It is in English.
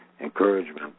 encouragement